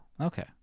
Okay